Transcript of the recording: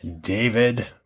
David